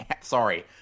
sorry